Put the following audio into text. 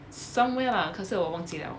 somewhere lah 可是我忘记了